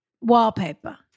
wallpaper